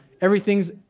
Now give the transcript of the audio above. everything's